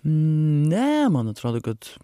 ne man atrodo kad